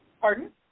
Pardon